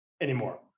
anymore